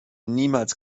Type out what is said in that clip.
niemals